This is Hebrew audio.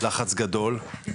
לחץ גדול,